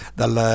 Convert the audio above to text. dal